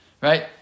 Right